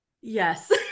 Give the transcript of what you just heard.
Yes